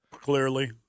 Clearly